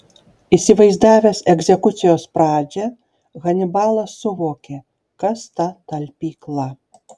įsivaizdavęs egzekucijos pradžią hanibalas suvokė kas ta talpykla